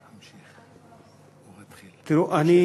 תראו, אני